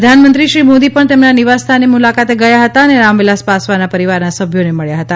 પ્રધાનમંત્રી શ્રી મોદી પણ તેમના નિવાસસ્થાનની મુલાકાતે ગયા હતા અને રામવિલાસ પાસવાનના પરિવારના સભ્યોને મળ્યા હતા